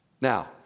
Now